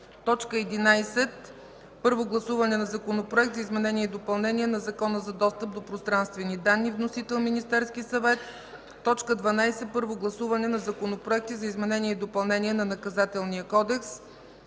11. Първо гласуване на Законопроект за изменение и допълнение на Закона за достъп до пространствени данни. Вносител: Министерският съвет. 12. Първо гласуване на законопроекти за изменение и допълнение на Наказателния кодекс.